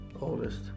Oldest